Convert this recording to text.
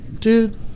Dude